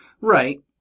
Right